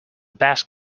best